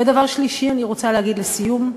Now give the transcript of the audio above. ודבר שלישי, אני רוצה להגיד לסיום,